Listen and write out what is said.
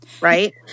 Right